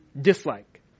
dislike